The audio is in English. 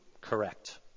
correct